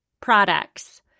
products